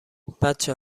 بچه